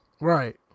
Right